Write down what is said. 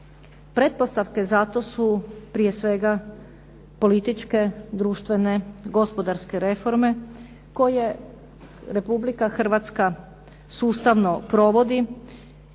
Pretpostavke za to su prije svega političke, društvene, gospodarske reforme koje Republika Hrvatska sustavno provodi